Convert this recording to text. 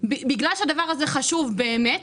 בגלל שהדבר הזה באמת חשוב,